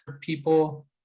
people